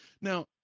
Now